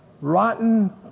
rotten